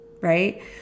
right